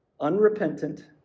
unrepentant